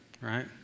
right